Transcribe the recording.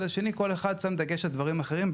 לשני; כל אחד שם דגש על דברים אחרים,